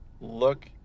look